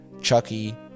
Chucky